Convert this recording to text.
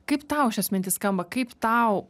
kaip tau šias mintis skamba kaip tau